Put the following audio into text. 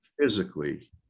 physically